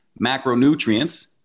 macronutrients